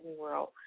World